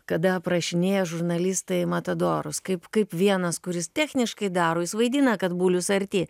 kada aprašinėja žurnalistai matadorus kaip kaip vienas kuris techniškai daro jis vaidina kad bulius arti